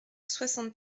soixante